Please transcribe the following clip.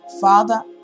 Father